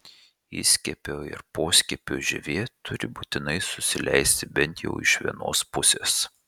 įskiepio ir poskiepio žievė turi būtinai susileisti bent jau iš vienos pusės